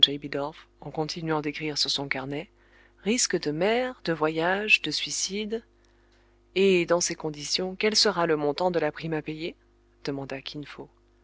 j bidulph en continuant d'écrire sur son carnet risques de mer de voyage de suicide et dans ces conditions quel sera le montant de la prime à payer demanda